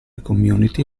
community